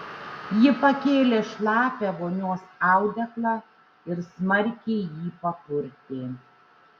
ji pakėlė šlapią vonios audeklą ir smarkiai jį papurtė